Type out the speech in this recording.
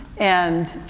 and,